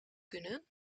kunnen